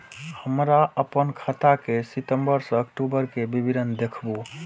हमरा अपन खाता के सितम्बर से अक्टूबर के विवरण देखबु?